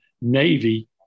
Navy